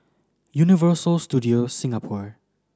Universal Studios Singapore